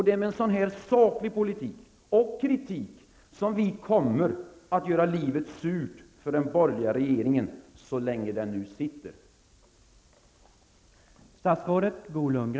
Det är med en sådan saklig politik och kritik som vi kommer att göra livet surt för den borgerliga regeringen, så länge den nu sitter.